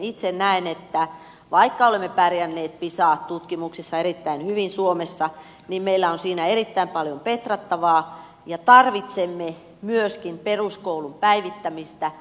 itse näen että vaikka olemme pärjänneet pisa tutkimuksissa erittäin hyvin suomessa niin meillä on siinä erittäin paljon petrattavaa ja tarvitsemme myöskin peruskoulun päivittämistä